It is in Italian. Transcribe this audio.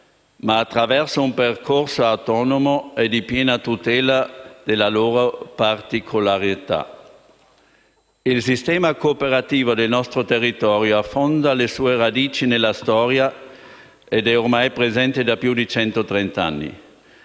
ma attraverso un percorso autonomo e di piena tutela della loro particolarità. Il sistema cooperativo del nostro territorio affonda le sue radici nella storia ed è ormai presente da più di